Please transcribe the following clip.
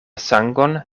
sangon